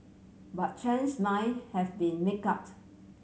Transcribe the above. but Chen's mind have been make up